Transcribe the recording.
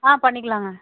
ஆ பண்ணிக்கலாங்க